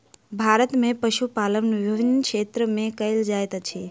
भारत में पशुपालन विभिन्न क्षेत्र में कयल जाइत अछि